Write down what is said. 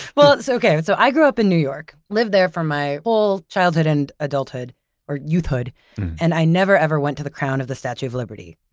well, so okay. but so i grew up in new york, lived there for my whole childhood and adulthood or youthhood and i never, ever went to the crown of the statue of liberty.